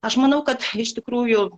aš manau kad iš tikrųjų